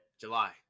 July